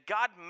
God